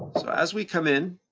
so as we come in,